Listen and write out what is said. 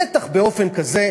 בטח באופן כזה,